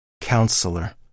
counselor